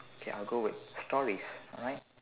okay I'll go with stories all right